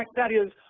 like that is,